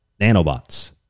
Nanobots